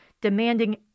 demanding